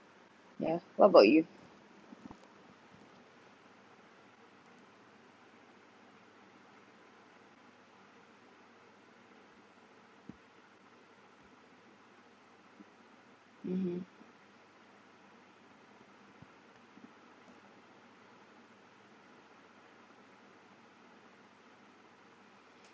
yeah what about you (uh huh)